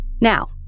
Now